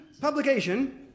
publication